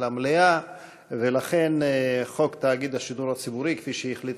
חוק השידור הציבורי הישראלי (תיקון מס' 7),